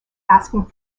asking